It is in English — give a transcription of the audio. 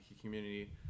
community